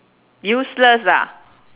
useless ah